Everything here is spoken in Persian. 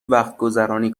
وقتگذرانی